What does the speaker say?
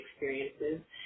experiences